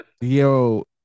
Yo